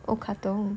oh katong